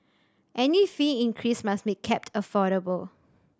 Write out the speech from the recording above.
any fee increase must be kept affordable